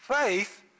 Faith